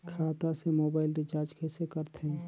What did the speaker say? खाता से mobile recharge कइसे करथे